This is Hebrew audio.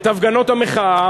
את הפגנות המחאה,